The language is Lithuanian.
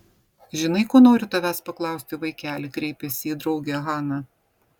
žinai ko noriu tavęs paklausti vaikeli kreipėsi į draugę hana